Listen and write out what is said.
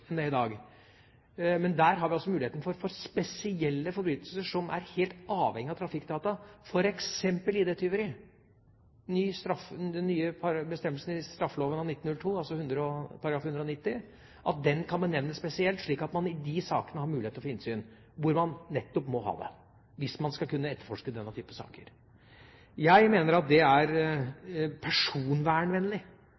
Men der har vi altså muligheten for i spesielle forbrytelser der vi er helt avhengig av trafikkdata, f.eks. ID-tyveri, at den nye bestemmelsen i straffeloven av 1902, altså § 190, kan benevnes spesielt, slik at man i de sakene har mulighet til å få innsyn. Man må nettopp ha det hvis man skal kunne etterforske denne type saker. Jeg mener at det er